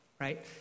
Right